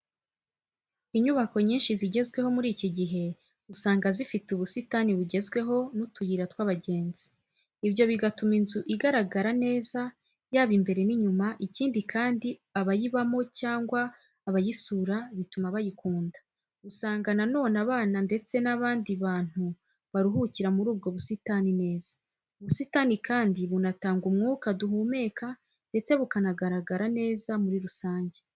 Inyubako nyinshi zigezweho muri iki gihe, usanga zifite ubusitani bugezweho n'utuyira tw'abagenzi. Ibyo bigatuma inzu igaragara neza, yaba imbere n'inyuma, ikindi kandi abayibamo cyangwa abayisura bituma bayikunda. Usanga na none abana ndetse n'abandi bantu baruhukira muri ubwo busitani neza. Ubusitani kandi bunatanga umwuka duhumeka ndetse bukanagaragara neza muri rusange.